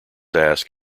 ask